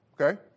Okay